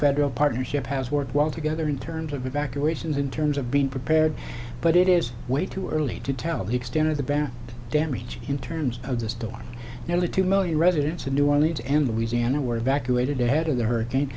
federal partnership has worked well together in terms of evacuations in terms of being prepared but it is way too early to tell the extent of the back damage in terms of the storm nearly two million residents in new orleans and louisiana were evacuated ahead of the hurricane